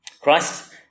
Christ